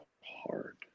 hard